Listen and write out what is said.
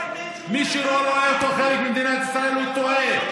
מי שלא רואה אותו חלק ממדינת ישראל הוא טועה.